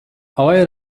آقای